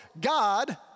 God